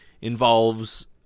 involves